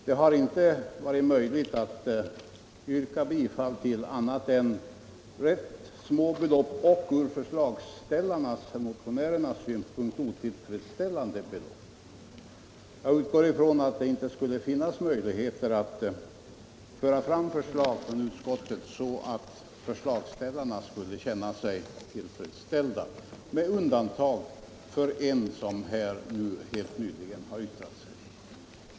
Det har inte varit möjligt att biträda annat än rätt små och ur mo tionärernas synpunkt otillfredsställande belopp. Jag utgår ifrån att det inte skulle finnas möjlighet att föra fram sådana förslag från utskottet att motionärerna skulle känna sig tillfredsställda — med undantag för en motionär som här nyss har yttrat sig.